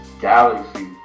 Galaxy